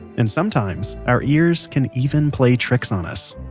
and sometimes our ears can even play tricks on us